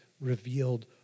revealed